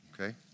Okay